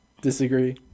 Disagree